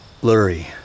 Blurry